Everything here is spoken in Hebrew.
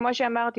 כמו שאמרתי,